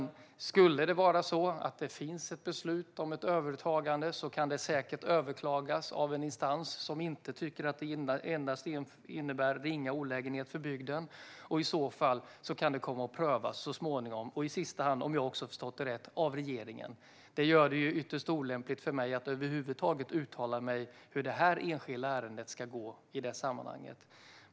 Om det skulle vara så att det finns ett beslut om ett övertagande kan det säkert överklagas av en instans som inte tycker att det endast innebär ringa olägenhet för bygden. I så fall kan det så småningom komma att prövas, i sista hand av regeringen, om jag har förstått det rätt. Detta gör det ytterst olämpligt för mig att över huvud taget uttala mig om utfallet i detta enskilda ärende i det sammanhanget.